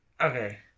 Okay